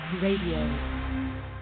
Radio